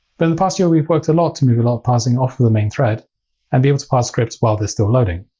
but in the past year, we've worked a lot to move a lot of parsing off of the main thread and be able to parse scripts while they're still loading.